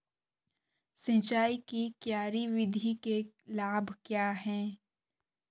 सिंचाई की क्यारी विधि के लाभ क्या हैं?